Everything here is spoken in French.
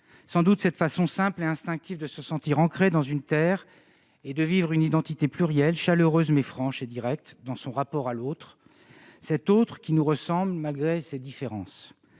Sans doute cette façon simple et instinctive de se sentir ancrée dans une terre et de vivre une identité plurielle, chaleureuse, mais franche et directe dans son rapport à l'autre, cet autre qui nous ressemble, malgré ses différences.